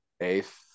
eighth